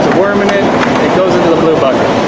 worm it in it goes into the bucket.